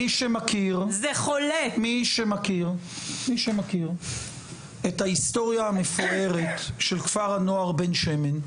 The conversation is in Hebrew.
מי שמכיר מי שמכיר את ההיסטוריה המפוארת של כפר הנוער בן שמן,]